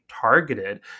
targeted